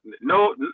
no